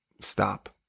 stop